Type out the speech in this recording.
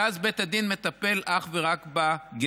ואז בית הדין מטפל אך ורק בגט.